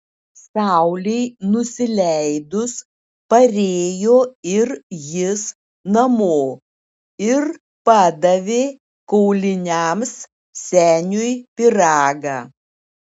saulei nusileidus parėjo ir jis namo ir padavė kauliniams seniui pyragą